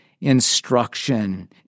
instruction